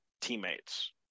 teammates